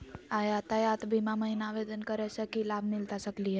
यातायात बीमा महिना आवेदन करै स की लाभ मिलता सकली हे?